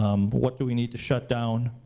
um what do we need to shut down?